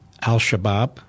Al-Shabaab